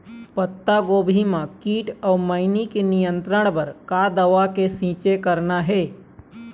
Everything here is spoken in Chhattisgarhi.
पत्तागोभी म कीट अऊ मैनी के नियंत्रण बर का दवा के छींचे करना ये?